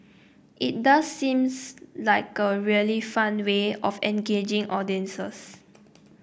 it does seems like a really fun way of engaging audiences